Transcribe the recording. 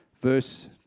verse